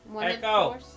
Echo